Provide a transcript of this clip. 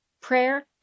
Prayer